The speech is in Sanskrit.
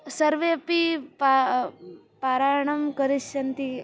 सर्वेपि पा पारायणं करिष्यन्ति